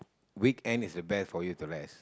weekend is the best for you to rest